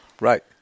Right